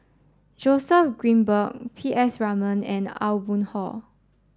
Joseph Grimberg P S Raman and Aw Boon Haw